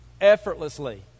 Effortlessly